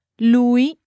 Lui